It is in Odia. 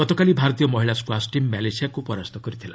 ଗତକାଲି ଭାରତୀୟ ମହିଳା ସ୍କ୍ରାସ୍ ଟିମ୍ ମାଲେସିୟାକୁ ପରାସ୍ତ କରିଥିଲା